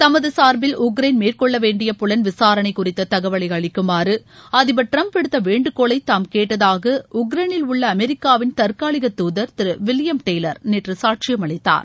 தமது சார்பில் உக்ரைன் மேற்கொள்ள வேண்டிய புலன் விசாரணை குறித்த தகவலை அளிக்குமாறு அதிபர் டிரம்ப் விடுத்த வேண்டுகோளை தாம் கேட்டதாக உக்ரைனில் உள்ள அமெரிக்காவின் தற்காலிக தூதர் திரு வில்லியம் டெய்லர் நேற்று சாட்சியம் அளித்தார்